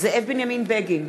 זאב בנימין בגין,